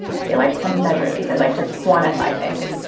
they like to measure things they like to quantify things.